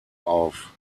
auf